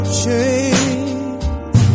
change